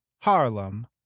Harlem